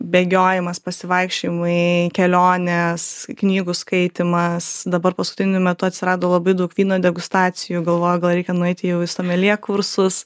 bėgiojimas pasivaikščiojimai kelionės knygų skaitymas dabar paskutiniu metu atsirado labai daug vyno degustacijų galvoju gal reikia nueiti jau į someljė kursus